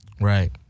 Right